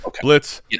Blitz